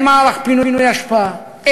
אין מערך פינוי אשפה,